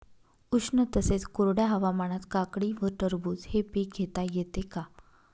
उष्ण तसेच कोरड्या हवामानात काकडी व टरबूज हे पीक घेता येते का?